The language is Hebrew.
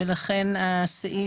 ולכן הסעיף,